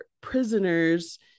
prisoners